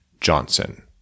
Johnson